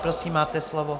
Prosím, máte slovo.